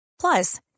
plus